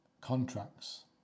contracts